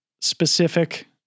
specific